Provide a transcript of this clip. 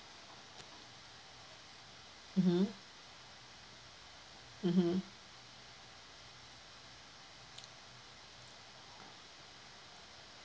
mmhmm mmhmm